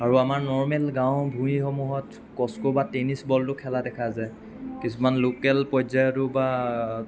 আৰু আমাৰ নৰ্মেল গাঁও ভূঁইসমূহত কস্কো বা টেনিছ বলটো খেলা দেখা যায় কিছুমান লোকেল পৰ্যায়তো বা